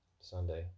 sunday